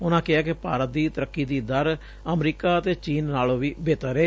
ਉਨਾਂ ਕਿਹਾ ਕਿ ਭਾਰਤ ਦੀ ਤਰੱਕੀ ਦੀ ਦਰ ਅਮਰੀਕਾ ਅਤੇ ਚੀਨ ਨਾਲੋਂ ਵੀ ਬੇਹਤਰ ਏ